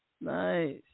Nice